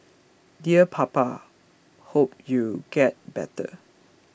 dear Papa hope you get better